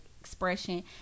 expression